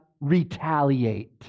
retaliate